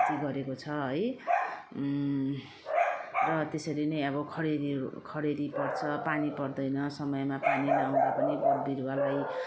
खती गरेको छ है र त्यसरी नै अब खडेरीहरू खडेरी पर्छ पानी पर्दैन समयमा पानी नआउँदा पनि बोट बिरुवालाई